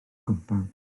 gwmpawd